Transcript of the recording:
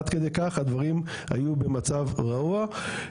עד כדי כך הדברים היו במצב רעוע.